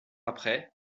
après